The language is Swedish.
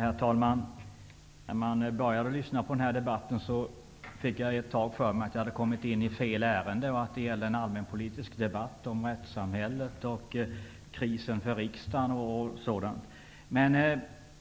Herr talman! När jag började lyssna på den här debatten fick jag ett tag för mig att jag hade kommit in vid fel ärende -- att det gällde en allmänpolitisk debatt om rättssamhället och om krisen i riksdagen etc.